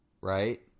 right